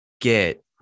get